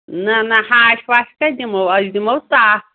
نہ نہ ہاش واش کَتہِ دِمو أسۍ دِمو صاف